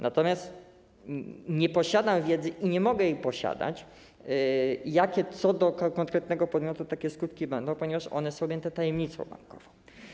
Natomiast nie posiadam wiedzy i nie mogę jej posiadać, jakie w odniesieniu do konkretnego podmiotu takie skutki będą, ponieważ one są objęte tajemnicą bankową.